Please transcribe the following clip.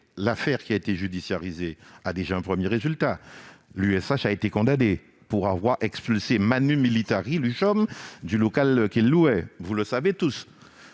affaire qui a été judiciarisée a reçu un premier résultat : l'USH a été condamnée pour avoir expulsé l'Ushom du local qu'elle louait ; vous le savez tous.